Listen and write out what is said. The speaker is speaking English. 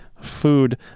food